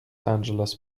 angeles